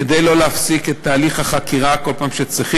כדי לא להפסיק את תהליך החקירה כל פעם שצריכים.